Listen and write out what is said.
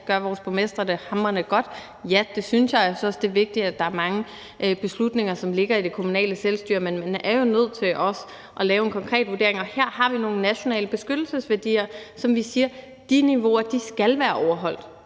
Gør vores borgmestre det hamrende godt? Ja, det synes jeg, og jeg synes også, det er vigtigt, at der er mange beslutninger, som ligger i det kommunale selvstyre. Men man er jo nødt til også at lave en konkret vurdering. Og her har vi nogle nationale beskyttelsesværdier, hvor vi siger: De niveauer skal være overholdt.